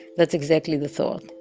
that's exactly the thought,